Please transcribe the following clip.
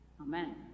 Amen